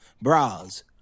Bras